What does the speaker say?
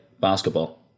basketball